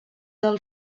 del